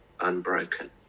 unbroken